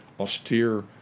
austere